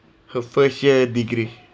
her first year degree